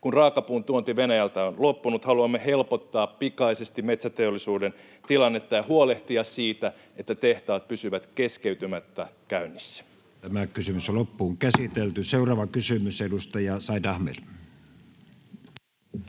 Kun raakapuun tuonti Venäjältä loppunut, haluamme helpottaa pikaisesti metsäteollisuuden tilannetta ja huolehtia siitä, että tehtaat pysyvät keskeytymättä käynnissä. [Speech 96] Speaker: Matti Vanhanen Party: